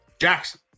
Jackson